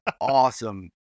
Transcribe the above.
awesome